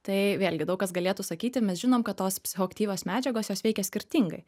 tai vėlgi daug kas galėtų sakyti ir mes žinom kad tos psichoaktyvios medžiagos jos veikia skirtingai